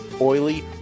oily